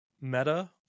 Meta